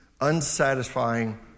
unsatisfying